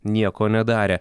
nieko nedarė